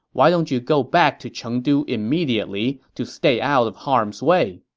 why don't you go back to chengdu immediately to stay out of harm's way?